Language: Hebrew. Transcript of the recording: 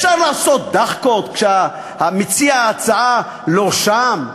אפשר לעשות דחקות כשמציע ההצעה לא שם,